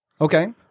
Okay